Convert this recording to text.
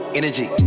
energy